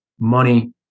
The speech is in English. money